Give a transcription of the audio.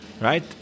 right